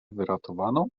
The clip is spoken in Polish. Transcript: wyratowano